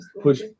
push